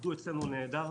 שעבדו אצלנו נהדר.